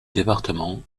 département